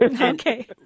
Okay